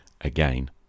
again